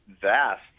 vast